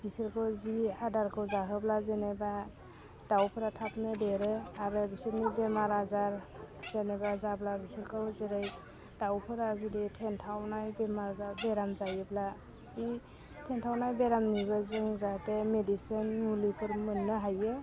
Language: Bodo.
बिसोरखौ जि आदारखौ जाहोब्ला जेनेबा दाउफ्रा थाबनो देरो आरो बिसोरनि बेमार आजार जेनेबा जाब्ला बिसोरखौ जेरै दाउफोरा जुदि थेन्थौनाय बेमार बेराम जायोब्ला बि थेन्थौनाय बेरामनिबो जों जाहाथे मेडिसिन मुलिफोर मोन्नो हायो